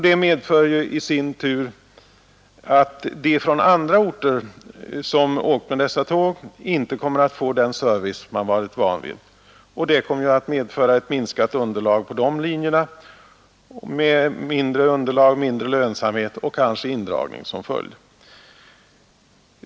Det medför i sin tur att de personer från andra orter som har åkt med dessa tåg inte kommer att få den service de varit vana vid, och det betyder ett minskat underlag på de linjerna med mindre lönsamhet och kanske indragning som följd.